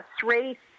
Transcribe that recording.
three